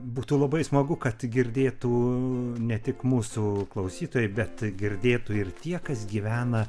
būtų labai smagu kad girdėtų ne tik mūsų klausytojai bet girdėtų ir tie kas gyvena